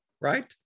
right